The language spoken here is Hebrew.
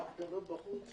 ההפגנות בחוץ.